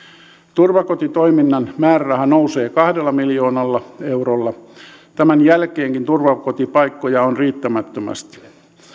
turvakotitoiminnan määräraha nousee kahdella miljoonalla eurolla tämän jälkeenkin turvakotipaikkoja on riittämättömästi